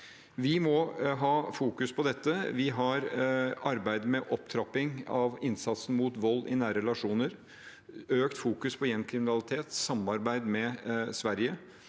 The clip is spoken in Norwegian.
Vi må fokusere på dette. Vi har arbeidet med opptrapping av innsatsen mot vold i nære relasjoner. Vi har økt fokus på gjengkriminalitet og samarbeid med Sverige,